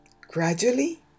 Gradually